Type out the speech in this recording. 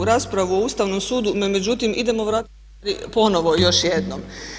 u raspravu o Ustavnom sudu, no međutim idemo se vratiti ponovno još jednom.